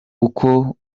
uko